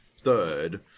third